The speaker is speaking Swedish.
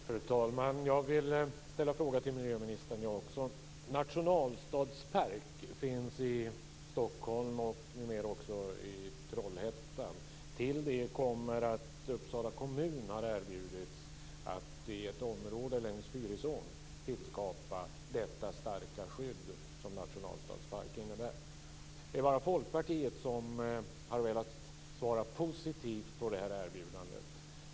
Fru talman! Jag vill också ställa en fråga till miljöministern. Nationalstadspark finns i Stockholm och numera också i Trollhättan. Till det kommer att Uppsala kommun har erbjudits att i ett område längs Fyrisån tillskapa detta starka skydd som en nationalstadspark innebär. Det är bara Folkpartiet som har svarat positivt på erbjudandet.